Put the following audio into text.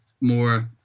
more